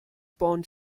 pond